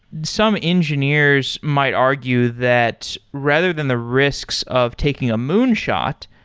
some engineers might argue that rather than the risks of taking a moonshot,